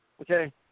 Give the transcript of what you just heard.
okay